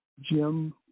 Jim